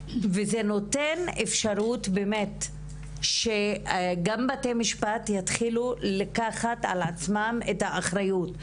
וזה מאפשר גם שבתי המשפט ייקחו על עצמם את האחריות.